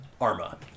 Arma